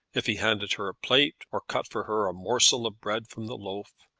if he handed her a plate, or cut for her a morsel of bread from the loaf,